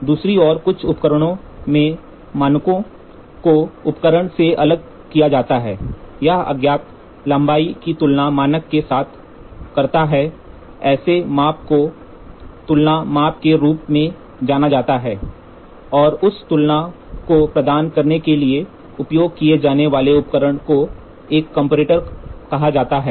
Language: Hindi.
दूसरी ओर कुछ उपकरणों में मानकों को उपकरण से अलग किया जाता है यह अज्ञात लंबाई की तुलना मानक के साथ करता है ऐसे माप को तुलना माप के रूप में जाना जाता है और उस तुलना को प्रदान करने के लिए उपयोग किए जाने वाले उपकरण को एक कंपैरेटर कहा जाता है